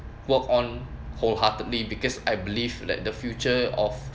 work on wholeheartedly because I believe like the future of